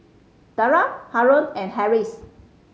Dara Haron and Harris